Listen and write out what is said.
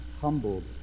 humbled